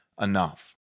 enough